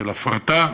של הפרטה,